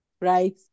right